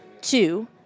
Two